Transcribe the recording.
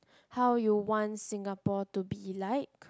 how you want Singapore to be like